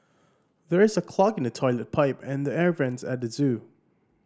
there is a clog in the toilet pipe and the air vents at the zoo